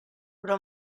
però